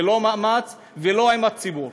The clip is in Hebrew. ללא מאמץ ולא עם הציבור?